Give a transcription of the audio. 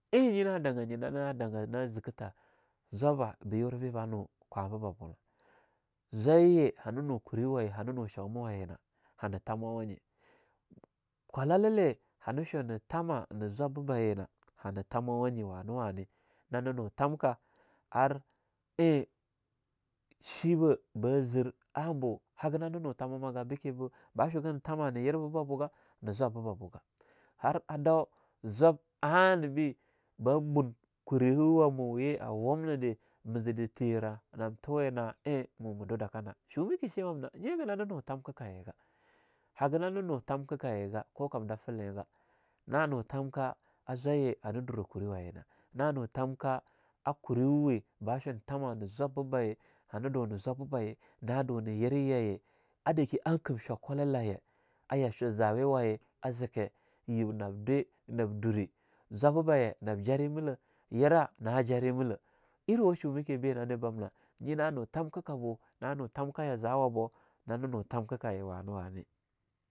Ein nyi na danga nyinana danga na zekitah zwaba be yure be banu kwahnba babuna. Zwaiye hananu kurwaye hana nu shomawayina hana tamawa nye, kwalale hana shunah tama nah zwabba bayina hana tamawa nye wane-wane nana nu tamka, ar ein shiba ba zir anbu, haga nanah nu tamaga beke bu ba shugan tama ne yirba babuga na zwababuga, har a dau zwab anah be ba bun kuriwa wamu ye a wumnede, ma zide tiyerah nam tuwe na ein mu madudaka na, shumaki shein wamna nye gana nu natamka kayiga hagah nana nu tamka kayegah ko kamda feleingah. Na nu tamka a zwai ye hana durah kuriwayina, na nu tamka a kurewe ba shun tama na zwabba bayi, naduna yerah yaye, a dake an kim shwakula laye a yashu zawiya waye a zeke yib nab dwe nab dure, zwabah bayi nab jare milah, yerah na jare milah iriwa shumaki be nane bamnah nyi nanu tamkah kabo nah tamkah yazawa bo nane nu tamkah kayi wane-wane.